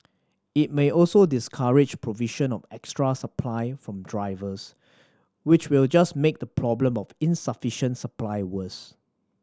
it may also discourage provision of extra supply from drivers which will just make the problem of insufficient supply worse